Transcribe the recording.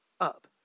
up